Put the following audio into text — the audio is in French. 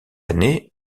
année